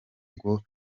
ngo